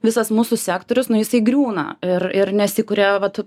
visas mūsų sektorius nu jisai griūna ir ir nesikuria vat